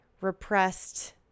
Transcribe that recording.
repressed